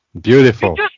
Beautiful